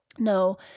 No